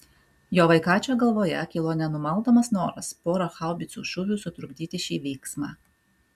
jo vaikaičio galvoje kilo nenumaldomas noras pora haubicų šūvių sutrukdyti šį vyksmą